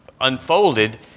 unfolded